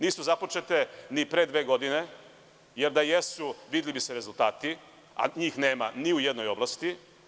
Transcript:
Nisu započete ni pre dve godine, jer da jesu videli bi se rezultati, a njih nema ni u jednoj oblasti.